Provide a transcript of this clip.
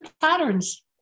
patterns